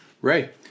Ray